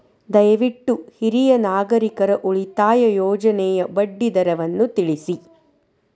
ದಯವಿಟ್ಟು ಹಿರಿಯ ನಾಗರಿಕರ ಉಳಿತಾಯ ಯೋಜನೆಯ ಬಡ್ಡಿ ದರವನ್ನು ತಿಳಿಸಿ